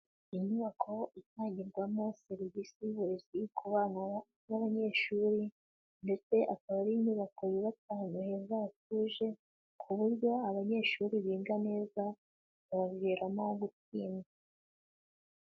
Inyubako itangirwamo serivisi y'uburezi ku bana b'abanyeshuri, ndetse akaba ari inyubako yubatse ahantu hatuje, ku buryo abanyeshuri biga neza bibaviramo gutsinda.